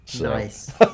Nice